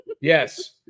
Yes